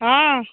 ହଁ